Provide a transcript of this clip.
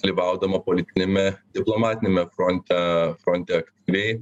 dalyvaudama politiniame diplomatiniame fronte fronte aktyviai